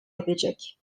edecek